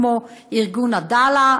כמו ארגון עדאלה,